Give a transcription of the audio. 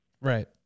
Right